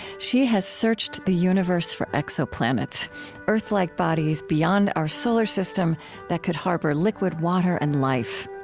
she has searched the universe for exoplanets earth-like bodies beyond our solar system that could harbor liquid water and life.